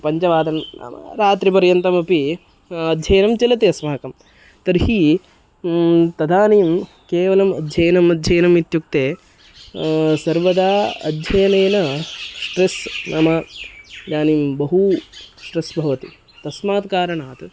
पञ्चवादनं नाम रात्रिपर्यन्तमपि अध्ययनं चलति अस्माकं तर्हि तदानीं केवलम् अध्ययनम् अध्ययनम् इत्युक्ते सर्वदा अध्ययनेन स्ट्रेस् नाम इदानीं बहु स्ट्रेस् भवति तस्मात् कारणात्